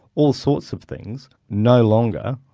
all sorts of things no longer,